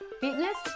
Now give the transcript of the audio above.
fitness